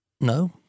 No